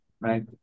right